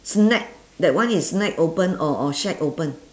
snack that one is snack open or or shack open